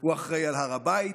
הוא אחראי להר הבית,